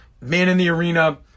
man-in-the-arena